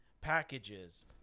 packages